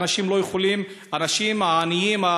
ואנשים עניים,